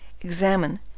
examine